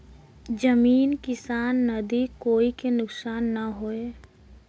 जमीन किसान नदी कोई के नुकसान न होये